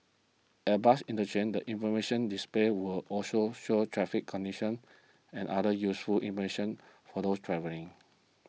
at bus interchanges the information display will also show traffic conditions and other useful information for those travelling